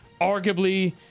arguably